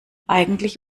eigentlich